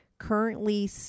currently